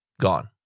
gone